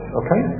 okay